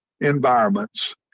environments